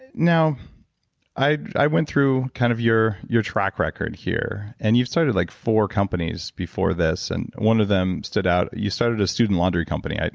and now i went through kind of your your track record here, and you've started like four companies before this, and one of them stood out. you started a student laundry company,